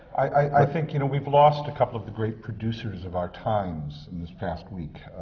i think, you know, we've lost a couple of the great producers of our times, in this past week.